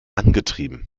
angetrieben